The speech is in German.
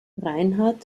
reinhardt